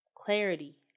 clarity